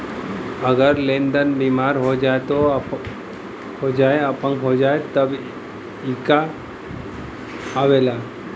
अगर लेन्दार बिमार हो जाए चाहे अपंग हो जाए तब ई कां आवेला